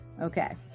Okay